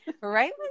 right